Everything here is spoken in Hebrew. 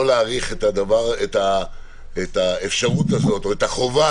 לא להאריך את האפשרות הזאת או את החובה